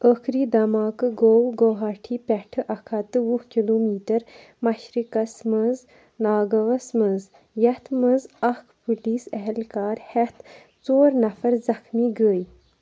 ٲخری دھماکہٕ گوٚو گوہاٹی پٮ۪ٹھٕ اَکھ ہَتھ تہٕ وُہ کِلوٗ میٖٹر مَشرِقَس منٛز ناگٔوَس منٛز یَتھ منٛز اَکھ پُلیٖس اہلکار ہٮ۪تھ ژور نفر زخمی گٔے